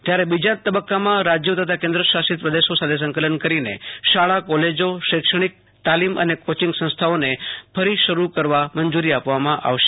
જ્યારે બીજા તબક્કામાં રાજ્યો તથા કેન્દ્રશાસિત પ્રદેશો સાથે સંકલન કરીને શાળા કોલેજોશૈક્ષણિકતાલીમ અને કોચિંગ સંસ્થાઓને ફરી શરૂ કરવા મંજૂરી આપવામાં આવશે